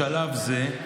בשלב הזה,